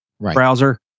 browser